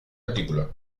artículo